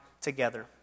together